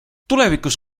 tulevikus